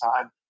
time